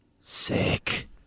Sick